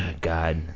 God